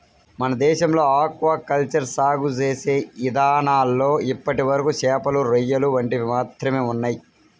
మన దేశంలో aqua culture సాగు చేసే ఇదానాల్లో ఇప్పటివరకు చేపలు, రొయ్యలు వంటివి మాత్రమే ఉన్నయ్